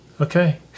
Okay